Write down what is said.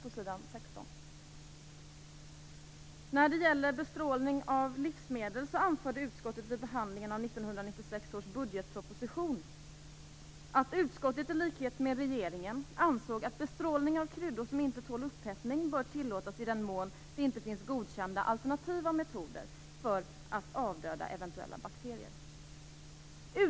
På s. 16 står det: "När det gäller bestrålning av livsmedel anförde utskottet vid behandlingen av 1996 års budgetproposition att utskottet i likhet med regeringen ansåg att bestrålning av kryddor som inte tål upphettning bör tillåtas i den mån det inte finns godkända alternativa metoder för att avdöda eventuella bakterier.